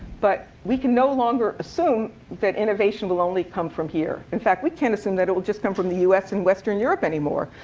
but we can no longer assume that innovation will only come from here. in fact, we can't assume that it will just come from the us and western europe anymore.